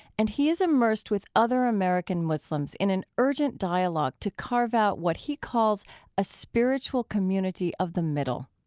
and he is immersed with other american muslims in an urgent dialogue to carve out what he calls a spiritual community of the middle.